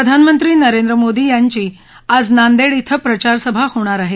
प्रधानमंत्री नरेंद्र मोदी यांची आज नांदेड क्रें प्रचारसभा होणार आहे